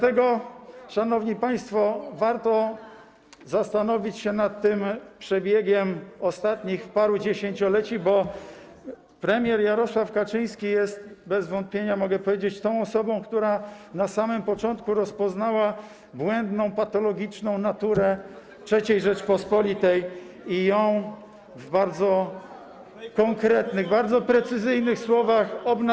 I dlatego, szanowni państwo, warto zastanowić się nad przebiegiem ostatnich paru dziesięcioleci, bo premier Jarosław Kaczyński jest bez wątpienia, mogę powiedzieć, tą osobą, która na samym początku rozpoznała błędną, patologiczną naturę III Rzeczypospolitej i ją w bardzo konkretnych, bardzo precyzyjnych słowach obnażała.